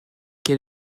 quel